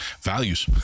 values